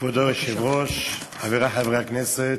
כבוד היושב-ראש, חברי חברי הכנסת,